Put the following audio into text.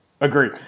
Agree